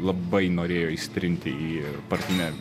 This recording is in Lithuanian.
labai norėjo įsitrinti į partinę